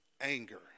anger